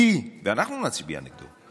ואנחנו נצביע נגדו,